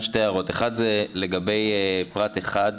הערה אחת היא לגבי פרט (1).